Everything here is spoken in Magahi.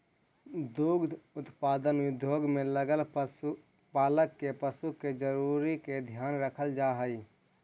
दुग्ध उत्पादन उद्योग में लगल पशुपालक के पशु के जरूरी के ध्यान रखल जा हई